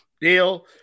deal